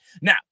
Now